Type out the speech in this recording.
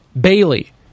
Bailey